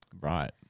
Right